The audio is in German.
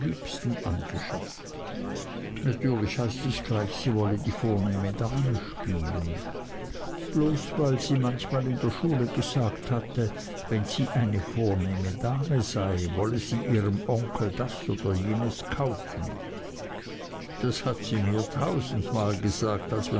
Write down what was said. angeschafft natürlich heißt es gleich sie wolle die vornehme dame spielen bloß weil sie manchmal in der schule gesagt hatte wenn sie eine vornehme dame sei wolle sie ihrem onkel das oder jenes kaufen das hat sie mir tausendmal gesagt als